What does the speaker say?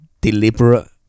deliberate